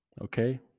Okay